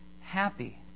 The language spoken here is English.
happy